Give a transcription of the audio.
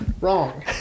Wrong